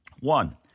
One